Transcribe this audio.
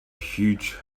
huge